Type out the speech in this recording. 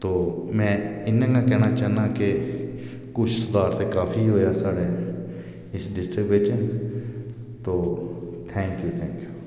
तो में इन्ना गै कहना चाह्न्नां कि कुछ सुधार काफी होआ साढ़े इस डिस्ट्रिक्ट बिच तो थैंक यू थैंक यू